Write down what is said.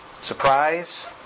Surprise